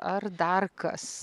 ar dar kas